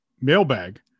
mailbag